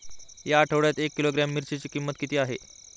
या आठवड्यात एक किलोग्रॅम मिरचीची किंमत किती आहे?